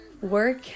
work